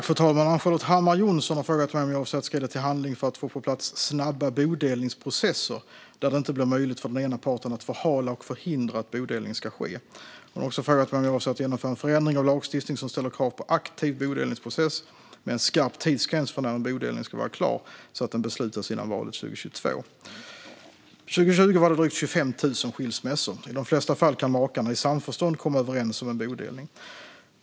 Fru talman! har frågat mig om jag avser att skrida till verket när det gäller att få på plats snabba bodelningsprocesser där det inte blir möjligt för den ena parten att förhala och förhindra att bodelning ska ske. Hon har också frågat mig om jag avser att genomföra en förändring av lagstiftning som ställer krav på aktiv bodelningsprocess med en skarp tidsgräns för när en bodelning ska vara klar så att den beslutas före valet 2022. År 2020 var det drygt 25 000 skilsmässor. I de flesta fall kan makarna i samförstånd komma överens om en bodelning.